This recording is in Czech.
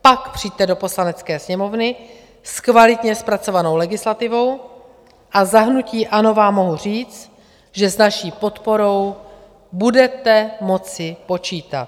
Pak přijďte do Poslanecké sněmovny s kvalitně zpracovanou legislativou a za hnutí ANO vám mohu říct, že s naší podporou budete moci počítat.